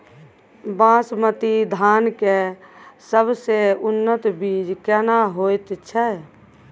बासमती धान के सबसे उन्नत बीज केना होयत छै?